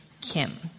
Kim